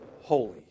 holy